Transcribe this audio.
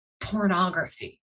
pornography